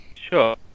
Sure